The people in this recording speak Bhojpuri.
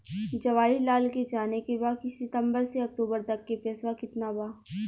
जवाहिर लाल के जाने के बा की सितंबर से अक्टूबर तक के पेसवा कितना बा?